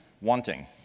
wanting